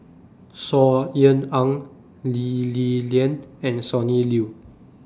Saw Ean Ang Lee Li Lian and Sonny Liew